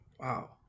Wow